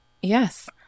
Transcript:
yes